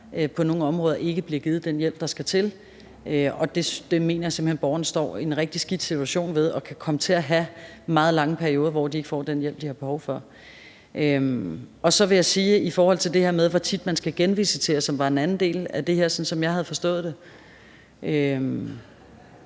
på nogle områder ikke bliver givet den hjælp, der skal til, og det mener jeg simpelt hen borgerne står i en rigtig skidt situation ved og kan komme til at have meget lange perioder, hvor de ikke får den hjælp, de har behov for. Så vil jeg sige i forhold til det her med, hvor tit man skal genvisitere, som var en anden del af det her, sådan som jeg har forstået det,